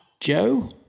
Joe